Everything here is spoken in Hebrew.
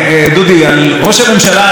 בימים מפעם,